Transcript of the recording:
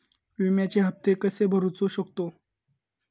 विम्याचे हप्ते कसे भरूचो शकतो?